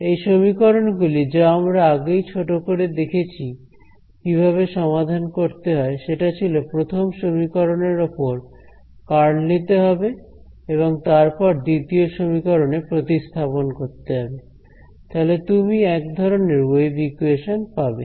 এই সমীকরণ গুলি যা আমরা আগেই ছোট করে দেখেছি কিভাবে সমাধান করতে হয় সেটা ছিল প্রথম সমীকরণ এর ওপর কার্ল নিতে হবে এবং তারপর দ্বিতীয় সমীকরণে প্রতিস্থাপন করতে হবে তাহলে তুমি এক ধরনের ওয়েভ ইকুয়েশন পাবে